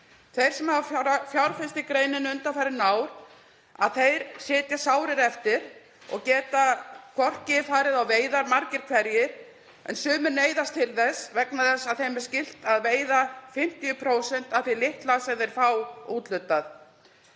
Þeir sem hafa fjárfest í greininni undanfarin ár sitja sárir eftir og geta margir hverjir ekki farið á veiðar en sumir neyðast til þess vegna þess að þeim er skylt að veiða 50% af því litla sem þeir fá úthlutað.